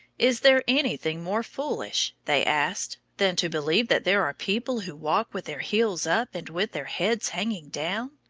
is there anything more foolish, they asked, than to believe that there are people who walk with their heels up and with their heads hanging down?